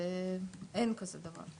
אין כזה דבר,